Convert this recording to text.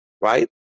right